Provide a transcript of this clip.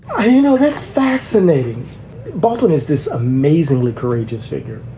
you know, this fascinating baldwin is this amazingly courageous figure.